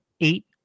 eight